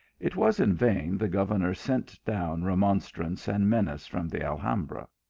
it was in vain the governor sent down remon strance and menace from the alhambra.